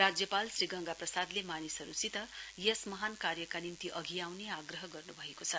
राज्यपाल श्री गङ्गाप्रसादले मानिसहरुसित यस महान कार्यका निम्ति अघि आउने आग्रह गर्नुभएको छ